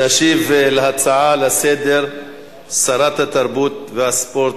תשיב על ההצעות לסדר-היום שרת התרבות והספורט,